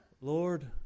Lord